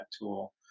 tool